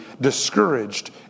discouraged